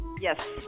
yes